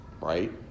right